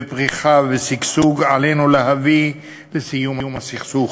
בפריחה ובשגשוג, עלינו להביא לסיום הסכסוך.